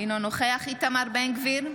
אינו נוכח איתמר בן גביר,